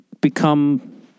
become